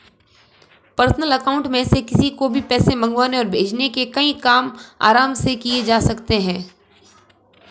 personal account में से किसी को भी पैसे मंगवाने और भेजने के कई काम आराम से किये जा सकते है